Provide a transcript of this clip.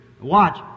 Watch